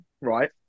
right